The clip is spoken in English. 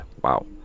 Wow